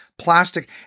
plastic